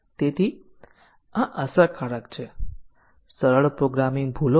હવે ચાલો સ્ટેટમેન્ટ 6 જોઈએ